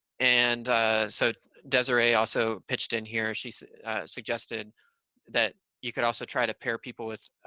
and so desiree also pitched in here. she suggested that you could also try to pair people with,